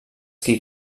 qui